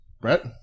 Brett